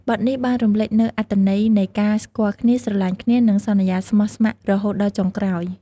បទនេះបានរំលេចនូវអត្ថន័យនៃការស្គាល់គ្នា ស្រឡាញ់គ្នា និងសន្យាស្មោះស្ម័គ្ររហូតដល់ចុងក្រោយ។